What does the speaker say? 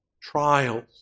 trials